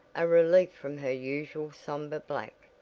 a relief from her usual somber black,